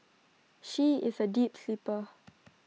she is A deep sleeper